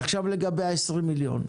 מה לגבי ה-20 מיליון?